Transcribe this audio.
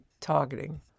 targeting